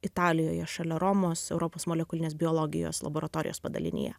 italijoje šalia romos europos molekulinės biologijos laboratorijos padalinyje